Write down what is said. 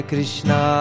Krishna